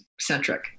centric